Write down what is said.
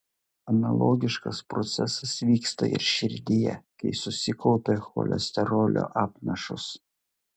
analogiškas procesas vyksta ir širdyje kai susikaupia cholesterolio apnašos